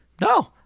No